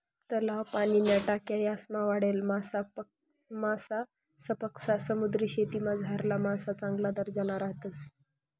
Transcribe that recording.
तलाव, पाणीन्या टाक्या यासमा वाढेल मासासपक्सा समुद्रीशेतीमझारला मासा चांगला दर्जाना राहतस